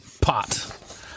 pot